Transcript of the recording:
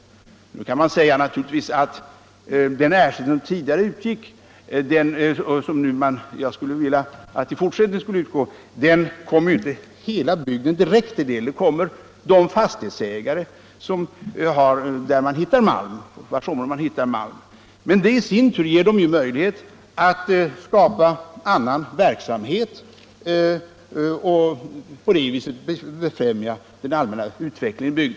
Det kan visserligen invändas att den ersättning som tidigare utgick - och som jag skulle önska att man betalade även i fortsättningen — inte direkt kom hela bygden till del. Den tillfaller de fastighetsägare inom vars områden man hittar malm. Men detta i sin tur ger dem ju möjlighet att skapa annan verksamhet och att på det sättet befrämja den allmänna utvecklingen i bygden.